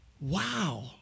Wow